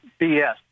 BS